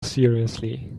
seriously